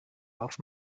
darf